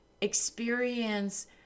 Experience